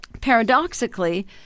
Paradoxically